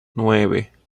nueve